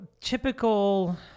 typical